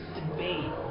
debate